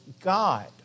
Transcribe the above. God